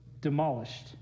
demolished